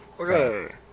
Okay